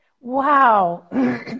Wow